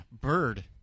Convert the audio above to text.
bird